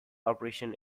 operation